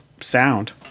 sound